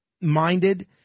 minded